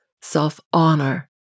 self-honor